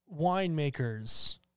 winemakers